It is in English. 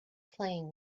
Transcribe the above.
playing